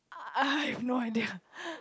I I have no idea